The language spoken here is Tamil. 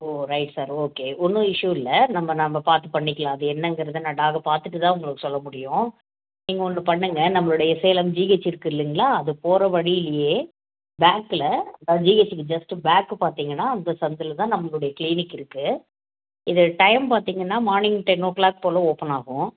ஓ ரைட் சார் ஓகே ஒன்றும் இஷ்ஷு இல்லை நம்ம நம்பப் பார்த்து பண்ணிக்கலாம் அது என்னங்கிறத நான் டாகை பார்த்துட்டு தான் உங்களுக்கு சொல்ல முடியும் நீங்கள் ஒன்று பண்ணுங்கள் நம்மளுடைய சேலம் ஜிஹெச் இருக்குதுல்லிங்களா அது போகிற வழியிலியே பேக்கில் அதாது ஜிஹெச்சுக்கு ஜஸ்ட்டு பேக்கு பார்த்தீங்கன்னா அந்த சந்தில் தான் நம்மளுடைய க்ளினிக் இருக்குது இது டைம் பார்த்தீங்கன்னா மார்னிங் டென்னோ க்ளாக் போல ஓப்பன் ஆகும்